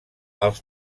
els